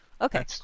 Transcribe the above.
Okay